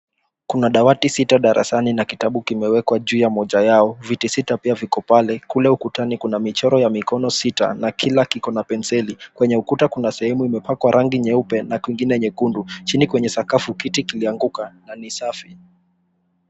Kuna dawati sita darasani na kitabu kimewekwa juu ya moja yao. Viti sita pia viko pale. Kule ukutani kuna michoro ya mikono sita na kila kikona penseli. Kwenye ukuta kuna sehemu imepakwa rangi nyeupe na kwingine nyekundu. Chini kwenye sakafu kiti kilianguka na ni safi.